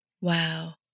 Wow